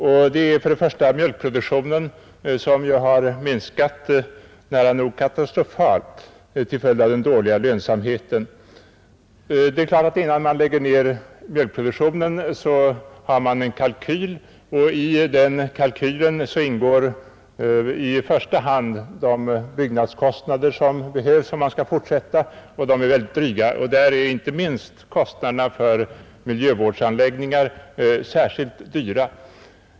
För det första gäller det mjölkproduktionen, som ju har minskat nära nog katastrofalt till följd av den dåliga lönsamheten. Det är klart att innan man lägger ned mjölkproduktionen på en gård, så har man en kalkyl, och i den kalkylen ingår i första hand de byggnadskostnader som behövs om man skall fortsätta, och de är väldigt dryga. Inte minst är kostnaderna för miljövårdsanläggningar mycket höga.